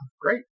great